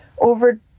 over